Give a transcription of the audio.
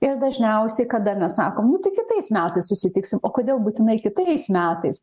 ir dažniausiai kada mes sakom nu tai kitais metais susitiksim o kodėl būtinai kitais metais